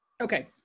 Okay